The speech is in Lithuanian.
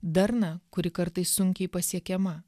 darną kuri kartais sunkiai pasiekiama